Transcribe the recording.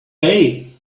bay